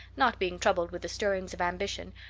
not being troubled with the stirrings of ambition,